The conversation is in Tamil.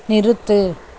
நிறுத்து